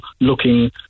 looking